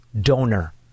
donor